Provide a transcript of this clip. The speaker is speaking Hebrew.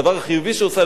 הדבר החיובי שהיא עושה,